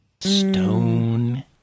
Stone